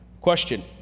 Question